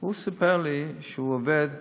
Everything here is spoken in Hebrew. והוא סיפר לי שהוא עובד